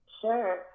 Sure